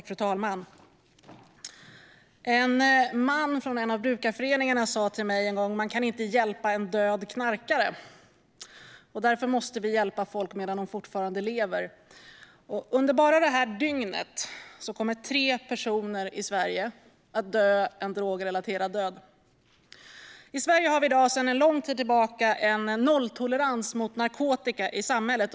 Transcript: Fru talman! En man från en av brukarföreningarna sa till mig en gång: Man kan inte hjälpa en död knarkare. Därför måste vi hjälpa folk medan de fortfarande lever. Under bara det här dygnet kommer tre personer i Sverige att dö en drogrelaterad död. I Sverige har vi i dag, sedan lång tid tillbaka, en nolltolerans mot narkotika i samhället.